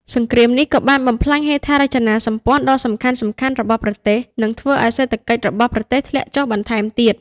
សង្គ្រាមនេះក៏បានបំផ្លាញហេដ្ឋារចនាសម្ព័ន្ធដ៏សំខាន់ៗរបស់ប្រទេស និងធ្វើឱ្យសេដ្ឋកិច្ចរបស់ប្រទេសធ្លាក់ចុះបន្ថែមទៀត។